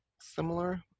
similar